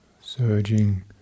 Surging